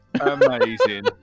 Amazing